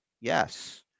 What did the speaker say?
Yes